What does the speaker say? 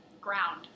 ground